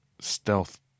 stealth